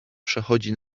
przechodzi